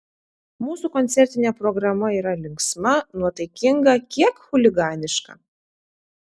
mūsų koncertinė programa yra linksma nuotaikinga kiek chuliganiška